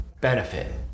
benefit